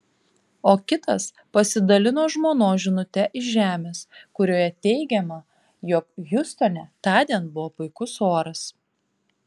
o kitas pasidalino žmonos žinute iš žemės kurioje teigiama jog hjustone tądien buvo puikus oras